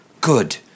good